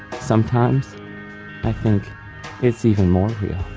sometimes i think it's even more real,